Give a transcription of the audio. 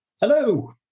hello